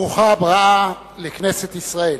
ברוכה הבאה לכנסת ישראל,